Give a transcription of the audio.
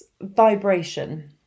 vibration